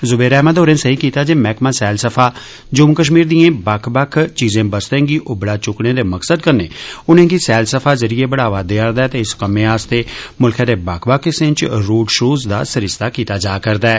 जुबेर अहमद होरें सेई कीता जे मैहकमा सैलसफा जम्मू कश्मीर दिएं बक्ख बक्ख चीजें बस्तें गी उबड़ा चुक्कने दे मकसद कन्नै उनेंगी सैलसफा ज़रिए कन्नै बढ़ावा देआ'रदा ऐ ते इस कम्मै आस्तै मुल्खै दे बक्ख बक्ख हिस्सें च रोड शौ दा सरिस्ता कीता जा'रदा ऐ